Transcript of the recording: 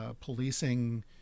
policing